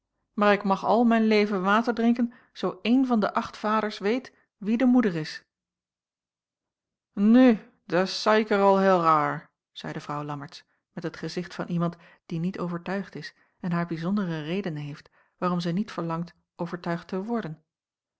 maar ik mag al mijn leven water drinken zoo een van de acht vaders weet wie de moeder is nu dat is zaiker al heil rair zeide vrouw lammertsz met het gezicht van iemand die niet overtuigd is en haar bijzondere redenen heeft waarom zij niet verlangt overtuigd te worden